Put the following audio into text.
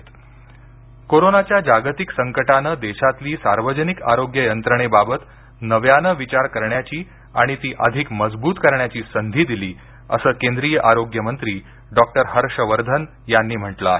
हर्ष वर्धन कोरोनाच्या जागतिक संकटानं देशातली सार्वजनिक आरोग्य यंत्रणेबाबत नव्यानं विचार करण्याची आणि ती अधिक मजबूत करण्याची संधी दिली असं केंद्रीय आरोग्य मंत्री डॉ हर्ष वर्धन यांनी म्हटलं आहे